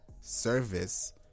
service